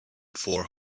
four